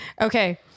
okay